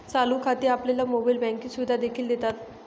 चालू खाती आपल्याला मोबाइल बँकिंग सुविधा देखील देतात